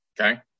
Okay